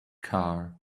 car